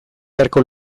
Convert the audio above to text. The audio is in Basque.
beharko